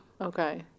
Okay